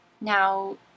Now